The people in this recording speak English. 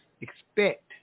expect